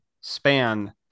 span